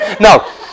No